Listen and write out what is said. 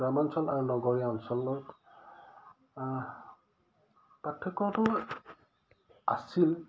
গ্ৰাম অঞ্চল আৰু নগৰীয়া অঞ্চলত পাৰ্থক্যটো আছিল